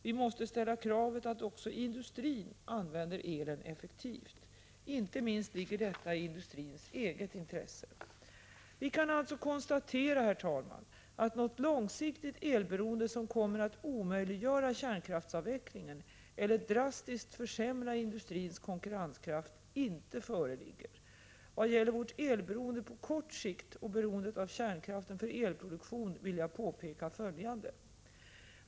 Vi måste ställa kravet att också industrin använder elen effektivt. Inte minst ligger detta i industrins eget intresse. Vi kan alltså konstatera, herr talman, att något långsiktigt elberoende som kommer att omöjliggöra kärnkraftsavvecklingen eller drastiskt försämra industrins konkurrenskraft inte föreligger. Vad gäller vårt elberoende på kort sikt och beroendet av kärnkraften för elproduktion vill jag påpeka följande.